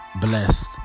blessed